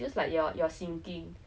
and stay there for three years